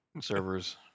servers